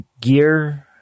Gear